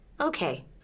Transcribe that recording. Okay